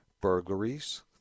burglaries